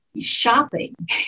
shopping